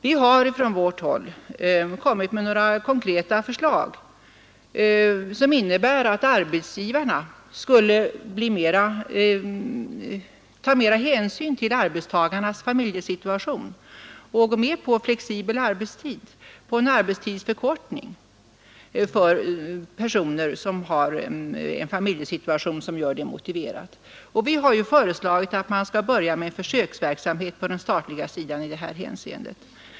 Vi har från vårt håll lagt fram några konkreta förslag, som innebär att arbetsgivaren skulle ta mer hänsyn till arbetstagarnas familjesituation och gå med på flexibel arbetstid eller arbetstidsförkortning för personer som har en familjesituation som gör detta motiverat. Vi har föreslagit att man skall börja med försöksverksamhet på den statliga sidan i detta hänseende.